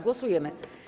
Głosujemy.